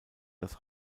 das